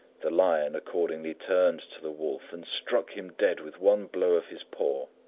the lion accordingly turned to the wolf and struck him dead with one blow of his paw,